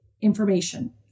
information